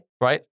Right